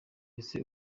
ese